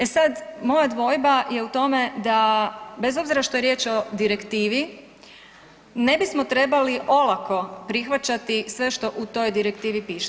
E sad, moja dvojba je u tome da bez obzira što je riječ o direktivi ne bismo trebali olako prihvaćati sve što u toj direktivi piše.